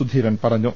സുധീരൻ പറഞ്ഞു